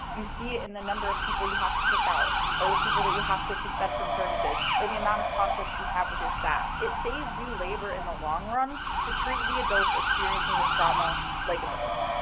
you see it in the number of people you have to kick or the people that you have to suspend from services, or the amount of conflicts you have with your staff. it saves you labor in the long run to treat the adults experiencing this trauma like adults.